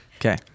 Okay